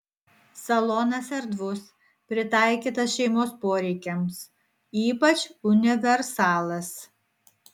salonas erdvus pritaikytas šeimos poreikiams ypač universalas